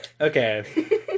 Okay